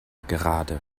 gerade